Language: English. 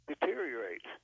deteriorates